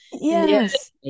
Yes